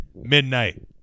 Midnight